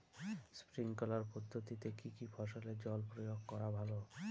Sprinkler পদ্ধতিতে কি কী ফসলে জল প্রয়োগ করা ভালো?